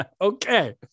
Okay